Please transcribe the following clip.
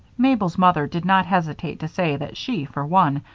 mabel's mother did not hesitate to say that she, for one,